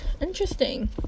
interesting